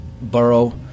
borough